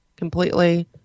Completely